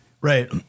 Right